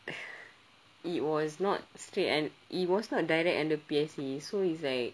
it was not straight and it was not direct in the P_A_C so he's like